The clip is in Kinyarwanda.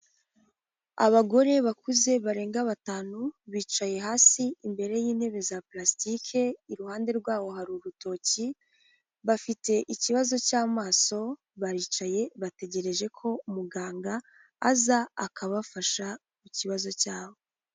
Abagore bakuze barenga batanu, bicaye hasi imbere y'intebe za parasitike, iruhande rwabo hari urutoki, bafite ikibazo cy'amaso, baricaye, bategereje ko muganga aza akabafasha ku kibazo cyabo.